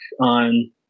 on